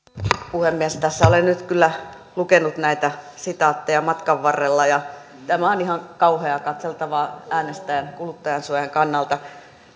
puhemies olen kyllä lukenut näitä sitaatteja matkan varrella ja tämä on ihan kauheaa katseltavaa äänestäjän kuluttajansuojan kannalta